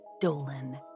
Dolan